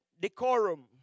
decorum